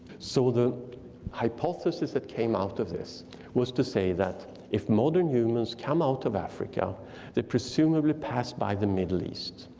so the hypothesis that came out of this was to say that if modern humans come out of africa they presumably passed by the middle east.